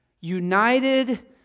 United